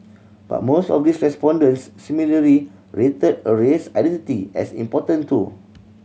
but most of these respondents similarly rated a race identity as important too